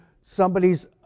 somebody's